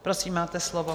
Prosím, máte slovo.